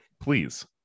please